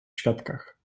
świadkach